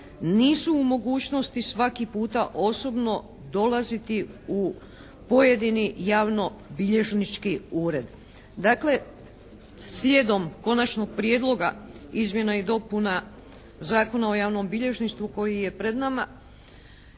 nisu u mogućnosti svaki puta osobno dolaziti u pojedini javno-bilježnički ured. Dakle, slijedom konačnog prijedloga izmjena i dopuna Zakona o javnom bilježništvu koji je pred nama